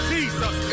Jesus